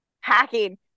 hacking